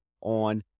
on